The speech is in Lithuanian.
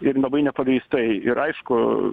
ir labai nepagrįstai ir aišku